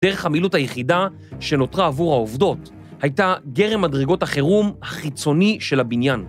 ‫דרך המילוט היחידה שנותרה עבור העובדות ‫הייתה גרם מדרגות החירום החיצוני של הבניין.